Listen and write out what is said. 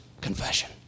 confession